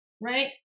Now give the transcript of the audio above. right